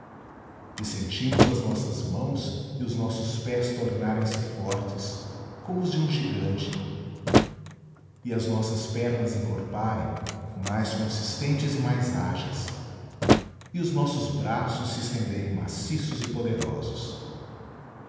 e sentimos as nossas mãos e os nossos pés tornarem se fortes como os de um gigante e as nossas pernas encorparem mais consistentes e mais ágeis e os nossos braços se estenderem maciços e poderosos